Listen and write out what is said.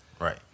Right